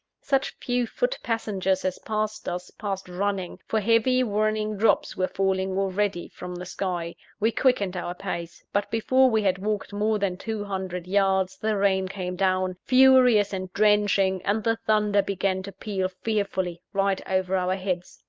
such few foot-passengers as passed us, passed running for heavy, warning drops were falling already from the sky. we quickened our pace but before we had walked more than two hundred yards, the rain came down, furious and drenching and the thunder began to peal fearfully, right over our heads.